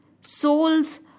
Souls